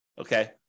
Okay